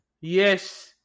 Yes